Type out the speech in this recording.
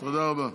תודה רבה.